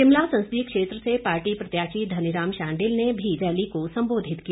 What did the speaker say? शिमला संसदीय क्षेत्र से पार्टी प्रत्याशी धनीराम शांडिल ने भी रैली को सम्बोधित किया